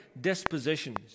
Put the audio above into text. dispositions